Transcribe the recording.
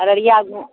Araria